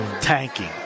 tanking